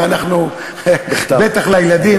בטח לילדים,